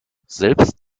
selbst